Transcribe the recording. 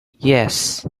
yes